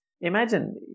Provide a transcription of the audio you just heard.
Imagine